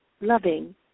loving